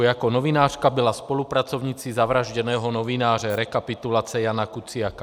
Jako novinářka byla spolupracovnicí zavražděného novináře, rekapitulace Jána Kuciaka.